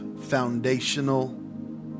foundational